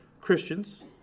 Christians